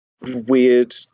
weird